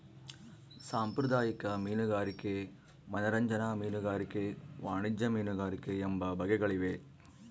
ಸಾಂಪ್ರದಾಯಿಕ ಮೀನುಗಾರಿಕೆ ಮನರಂಜನಾ ಮೀನುಗಾರಿಕೆ ವಾಣಿಜ್ಯ ಮೀನುಗಾರಿಕೆ ಎಂಬ ಬಗೆಗಳಿವೆ